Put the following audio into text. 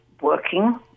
working